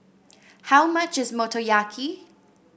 how much is Motoyaki